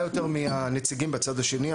יותר מהנציגים בצד השני.